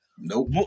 Nope